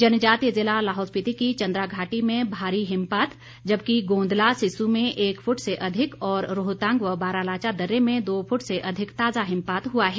जनजातीय ज़िला लाहौल स्पीति की चंद्रा घाटी में भारी हिमपात जबकि गोंदला सिस्सू में एक फुट से अधिक और रोहतांग व बारालाचा दर्रे में दो फुट से अधिक ताज़ा हिमपात हुआ है